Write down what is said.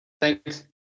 Thanks